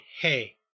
hey